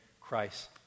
Christ